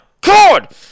God